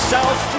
South